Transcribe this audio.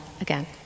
again